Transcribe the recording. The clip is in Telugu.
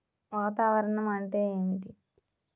వాతావరణం అంటే ఏమిటి?